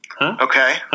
Okay